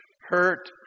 hurt